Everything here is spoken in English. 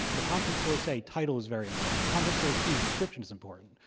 for content source a, title is very important. content source b, description is important.